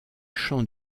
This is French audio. champs